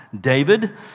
David